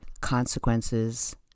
consequences